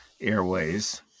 airways